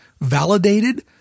validated